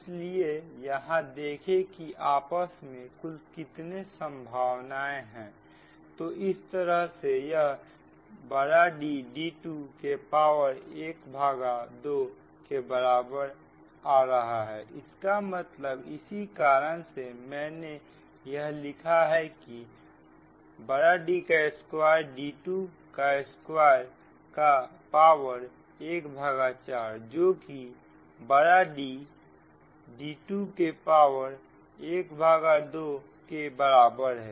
इसलिए यहां देखें की आपस में कुल कितने संभावना है तो इस तरह से यह D d2 के पावर ½ के बराबर आ रहा है इसका मतलब इसी कारण से मैंने यह लिखा है की D2d22 का पावर ¼ जोकि D d2के पावर ½ के बराबर है